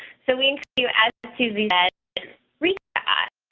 so we do add, susie that recess.